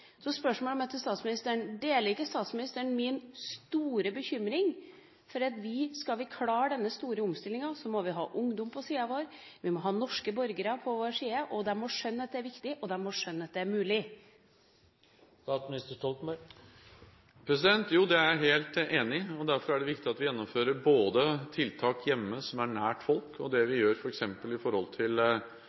Spørsmålet mitt til statsministeren er: Deler ikke statsministeren min store bekymring: Skal vi klare denne store omstillinga, må vi ha ungdom på vår side, vi må ha norske borgere på vår side? De må skjønne at det er viktig, og de må skjønne at det er mulig. Jo, det er jeg helt enig i. Derfor er det viktig at vi gjennomfører tiltak hjemme, som er nært folk. Det vi gjør f.eks. ved økte avgifter på forurensning, det vi gjør ved å stille nye krav i byggeforskrifter til